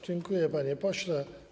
Dziękuję, panie pośle.